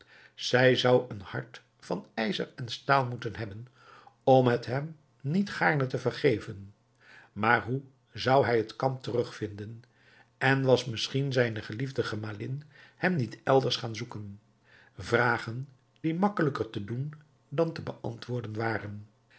zij zou een hart van ijzer en staal moeten hebben om het hem niet gaarne te vergeven maar hoe zou hij het kamp terugvinden en was misschien zijne geliefde gemalin hem niet elders gaan zoeken vragen die makkelijker te doen dan te beantwoorden waren